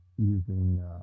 using